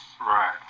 Right